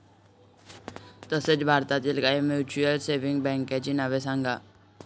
तसेच भारतातील काही म्युच्युअल सेव्हिंग बँकांची नावे सांगा